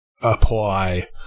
apply